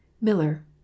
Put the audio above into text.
Miller